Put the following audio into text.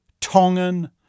tongan